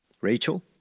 Rachel